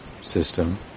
system